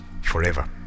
forever